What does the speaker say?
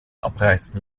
abreißen